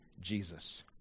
Jesus